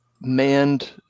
manned